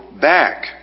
back